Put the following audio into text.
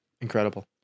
Incredible